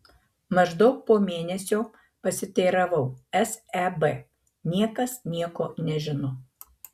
maždaug po mėnesio pasiteiravau seb niekas nieko nežino